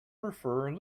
prefer